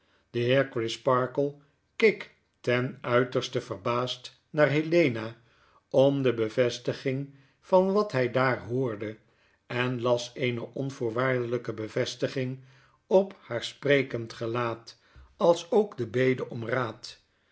crisparkle keek ten uiterste verbaasd naar helena om de bevestiging van wat hij daar hoorde en las eene onvoorwaardelyke bevestiging op haar sprekend gelaat als ook de bede om raad